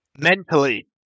mentally